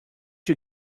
you